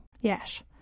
Yes